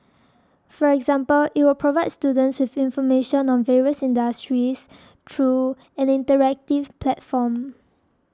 for example it will provide students with information on various industries through an interactive platform